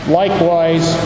likewise